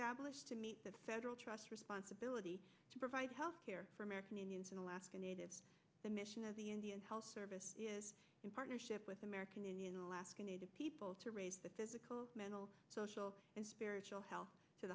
established to meet the federal trust responsibility to provide health care for american indians and alaska natives the mission of the indian health service in partnership with american indian alaskan native peoples to raise the physical mental social and spiritual health to